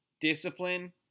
discipline